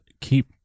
keep